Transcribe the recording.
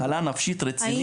על מחלה נפשית רצינית.